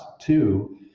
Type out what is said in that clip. Two